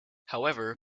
however